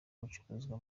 gucuruzwa